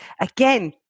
Again